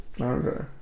Okay